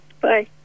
bye